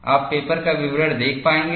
आप पेपर का विवरण देख पाएंगे